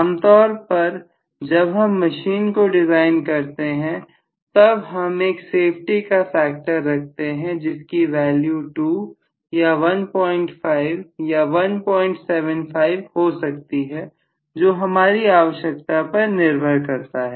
आमतौर पर जब हम मशीन को डिजाइन करते हैं तब हम एक सेफ्टी का फैक्टर रखते हैं जिसकी वैल्यू 2 या 15 या 175 हो सकती है जो हमारी आवश्यकता पर निर्भर करता है